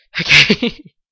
Okay